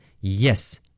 Yes